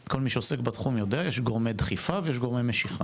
כל מיש עוסק בתחום יודע שיש גומרי דחיפה ויש גומרי משיכה.